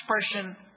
expression